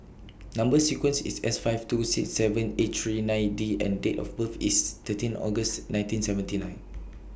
Number sequence IS S five two six seven eight three nine D and Date of birth IS thirteen August nineteen seventy nine